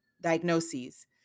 diagnoses